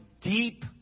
deep